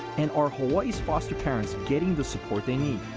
and are hawai'i's foster parents getting the support they need?